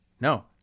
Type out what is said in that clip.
no